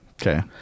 Okay